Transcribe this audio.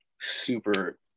super